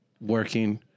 working